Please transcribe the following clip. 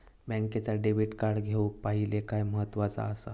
बँकेचा debit card घेउक पाहिले काय महत्वाचा असा?